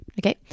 Okay